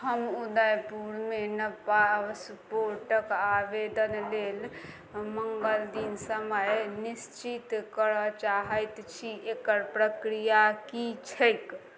हम उदयपुरमे नव पासपोर्टक आवेदन लेल मङ्गलदिन समय निश्चित करय चाहैत छी एकर प्रक्रिआ की छैक